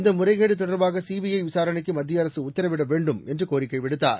இந்த முறைகேடு தொடர்பாக சிபிஐ விசாரணைக்கு மத்திய அரசு உத்தரவேண்டும் என்று கோரிக்கை விடுத்தார்